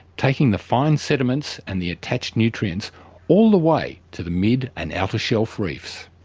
taking the fine sediments and the attached nutrients all the way to the mid and outer shelf reefs.